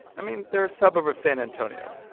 i mean, they're a suburb of san antonio,